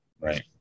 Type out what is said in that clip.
right